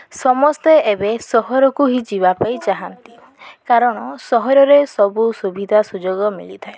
ସମସ୍ତେ ଏବେ ସହରକୁ ହିଁ ଯିବା ପାଇଁ ଚାହାନ୍ତି କାରଣ ସହରରେ ସବୁ ସୁବିଧା ସୁଯୋଗ ମିିଳିଥାଏ